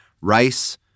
rice